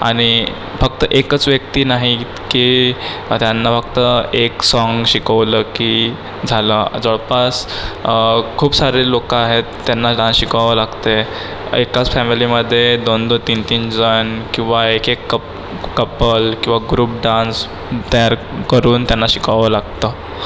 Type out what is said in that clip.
आणि फक्त एकच व्यक्ती नाही की त्यांना फक्त एक साँग शिकवलं की झालं जवळपास खूप सारे लोकं आहेत त्यांना डान्स शिकवावं लागते एकाच फॅमिलीमध्ये दोन दोन तीन तीन जण किंवा एकेक कप कपल किंवा ग्रुप डान्स तयार करून त्यांना शिकवावं लागतं